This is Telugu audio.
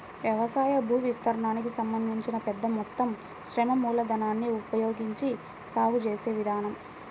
వ్యవసాయ భూవిస్తీర్ణానికి సంబంధించి పెద్ద మొత్తం శ్రమ మూలధనాన్ని ఉపయోగించి సాగు చేసే విధానం